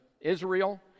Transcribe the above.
Israel